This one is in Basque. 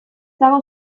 dago